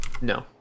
No